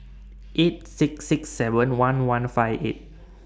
eight six six seven one one five eight